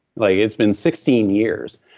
like it's been sixteen years.